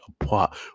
apart